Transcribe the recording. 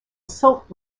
silk